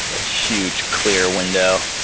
a huge clear window.